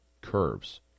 curves